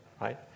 right